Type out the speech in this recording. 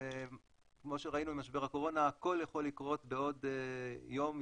וכמו שראינו עם משבר הקורונה הכול יכול לקרות בעוד יום-יומיים,